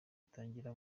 itangirira